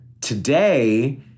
today